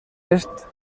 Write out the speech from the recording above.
est